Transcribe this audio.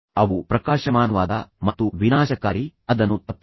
ಅವು ಪ್ರಕಾಶಮಾನವಾದ ಮತ್ತು ವಿನಾಶಕಾರಿ ಅದನ್ನು ತಪ್ಪಿಸಿ